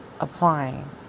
applying